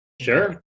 Sure